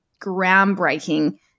groundbreaking